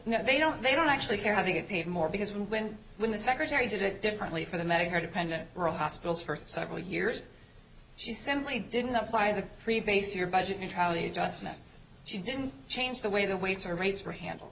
now they don't they don't actually care how they get paid more because when when the secretary did it differently for the medicare dependent hospitals for several years she simply didn't apply the replace your budget neutrality adjustments she didn't change the way the weights or rates were handle